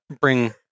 bring